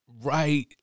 Right